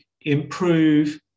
improve